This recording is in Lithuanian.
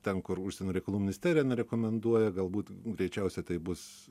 ten kur užsienio reikalų ministerija nerekomenduoja galbūt greičiausiai tai bus